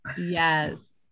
Yes